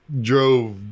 drove